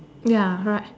ya right